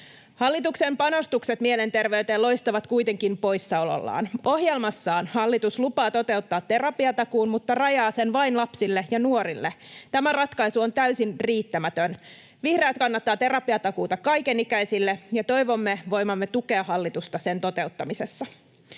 Hallituksen panostukset mielenterveyteen loistavat kuitenkin poissaolollaan. Ohjelmassaan hallitus lupaa toteuttaa terapiatakuun mutta rajaa sen vain lapsille ja nuorille. Tämä ratkaisu on täysin riittämätön. Vihreät kannattavat terapiatakuuta kaikenikäisille, ja toivomme voivamme tukea hallitusta sen toteuttamisessa.